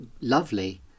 lovely